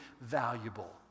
valuable